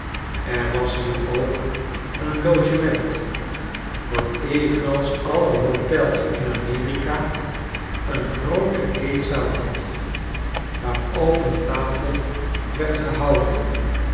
er was hier ook een logement dat evenals alle hotels in amerika een groote eetzaal had waar open tafel werd gehouden